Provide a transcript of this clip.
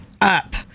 up